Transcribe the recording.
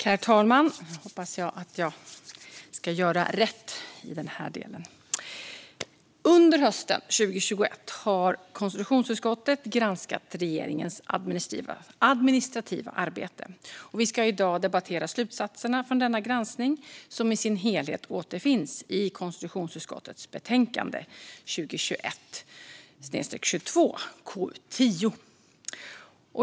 Herr talman! Under hösten 2021 har konstitutionsutskottet granskat regeringens administrativa arbete. Vi ska i dag debattera slutsatserna från denna granskning, som i sin helhet återfinns i konstitutionsutskottets betänkande 2021/22:KU10.